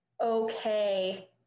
okay